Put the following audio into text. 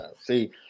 See